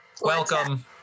Welcome